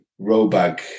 robag